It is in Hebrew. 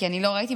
כי אני לא ראיתי,